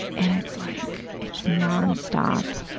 and it's like, it's non-stop.